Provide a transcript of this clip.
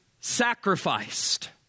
sacrificed